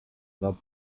war